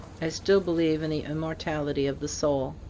i still believe in the immortality of the soul.